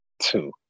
two